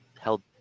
held